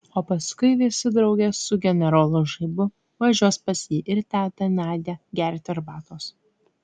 o paskui visi drauge su generolu žaibu važiuos pas jį ir tetą nadią gerti arbatos